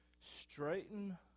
straighten